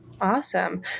Awesome